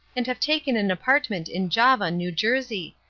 and have taken an apartment in java, new jersey.